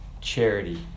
charity